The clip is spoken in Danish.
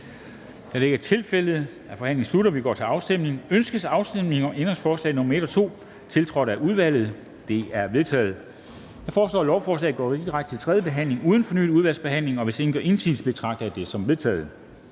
Kl. 13:11 Afstemning Formanden (Henrik Dam Kristensen): Ønskes afstemning om ændringsforslag nr. 1 og 2, tiltrådt af udvalget? De er vedtaget. Jeg foreslår, at lovforslaget går direkte til tredje behandling uden fornyet udvalgsbehandling. Hvis ingen gør indsigelse, betragter jeg det som vedtaget.